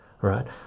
right